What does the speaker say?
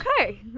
Okay